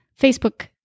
Facebook